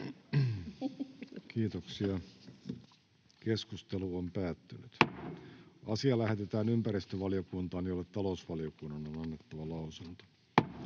6. asia. Puhemiesneuvosto ehdottaa, että asia lähetetään ympäristövaliokuntaan, jolle talousvaliokunnan on annettava lausunto.